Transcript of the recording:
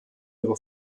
ihre